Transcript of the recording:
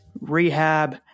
rehab